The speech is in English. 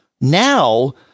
Now